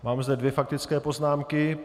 Mám zde dvě faktické poznámky.